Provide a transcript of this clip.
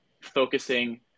focusing